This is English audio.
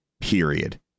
period